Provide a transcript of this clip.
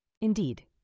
Indeed